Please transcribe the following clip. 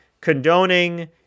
condoning